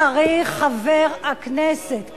צריך, חבר הכנסת כץ,